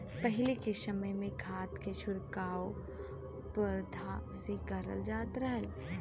पहिले के समय में खाद के छिड़काव बरधा से करल जात रहल